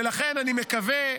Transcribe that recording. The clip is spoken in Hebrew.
ולכן אני מקווה,